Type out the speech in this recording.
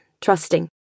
trusting